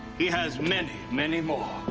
he has many, many more.